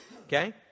okay